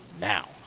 now